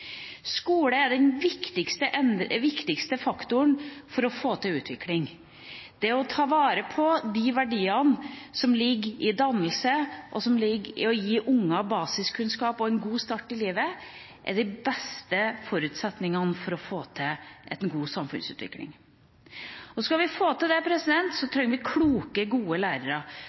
Skole er den viktigste faktoren for å få til utvikling. Det å ta vare på de verdiene som ligger i dannelse, og som ligger i å gi ungene basiskunnskaper og en god start i livet, er de beste forutsetningene for å få til en god samfunnsutvikling. Skal vi få til det, trenger vi kloke, gode lærere,